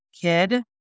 kid